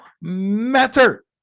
matter